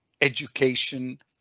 education